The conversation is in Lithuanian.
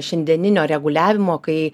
šiandieninio reguliavimo kai